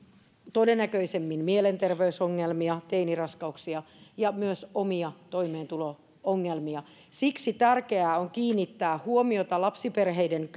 todennäköisemmin mielenterveysongelmia teiniraskauksia ja myös omia toimeentulo ongelmia siksi tärkeää on kiinnittää huomiota lapsiperheiden